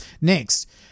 Next